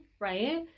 right